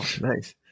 nice